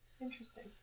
Interesting